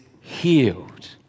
healed